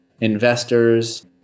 investors